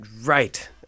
right